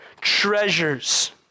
treasures